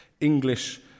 English